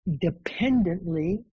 dependently